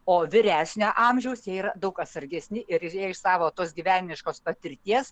o vyresnio amžiaus jie yra daug atsargesni ir išėję iš savo tos gyvenimiškos patirties